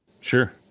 Sure